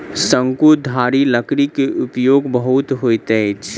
शंकुधारी लकड़ी के उपयोग बहुत होइत अछि